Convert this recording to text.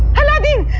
aladdin,